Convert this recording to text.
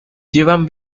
llevan